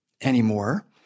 anymore